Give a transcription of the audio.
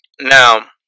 Now